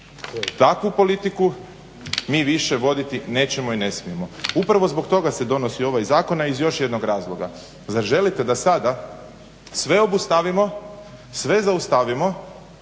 Takvu politiku mi više voditi nećemo i ne smijemo. Upravo zbog toga se donosi ovaj zakon, a iz još jednog razloga. Zar želite da sada sve obustavimo, sve zaustavimo,